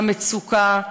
המצוקה,